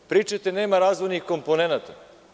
Pričate – nema razvojnih komponenata.